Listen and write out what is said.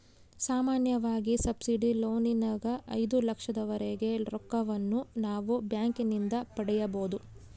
ಸಾಮಾನ್ಯವಾಗಿ ಸಬ್ಸಿಡಿ ಲೋನಿನಗ ಐದು ಲಕ್ಷದವರೆಗೆ ರೊಕ್ಕವನ್ನು ನಾವು ಬ್ಯಾಂಕಿನಿಂದ ಪಡೆಯಬೊದು